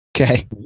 Okay